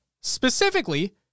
Specifically